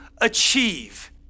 achieve